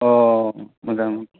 अ मोजां